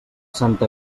santa